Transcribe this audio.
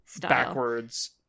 backwards